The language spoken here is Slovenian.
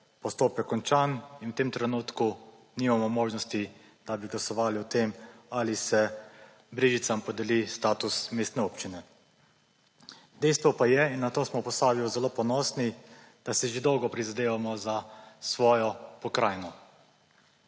postopek končan in v tem trenutku nimamo možnosti, da bi glasovali o tem ali se Brežicam podeli status mestne občine. Dejstvo pa je in na to smo v Posavju zelo ponosni, da si že dolgo prizadevamo za svojo pokrajino.